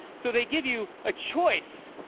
so they give you a choice